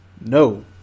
No